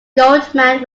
goldman